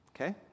okay